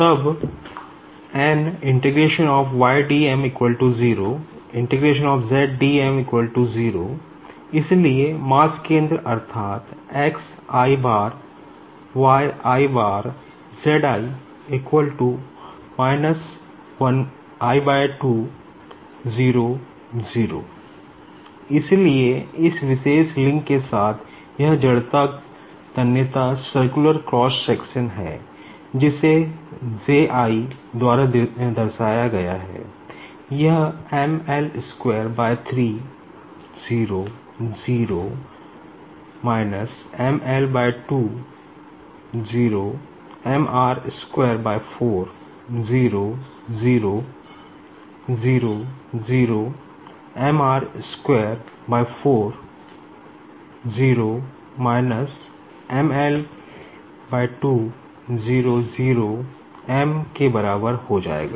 तब n 0 0 इसलिएए मास केंद्र अर्थात् X i bar Y i bar Z i l 2 0 0 इसलिए इस विशेष लिंक के साथ यह इनरशिया टेंसेर है जिसे J i द्वारा दर्शाया गया है यह के बराबर हो जाएगा